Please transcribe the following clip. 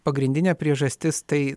pagrindinė priežastis tai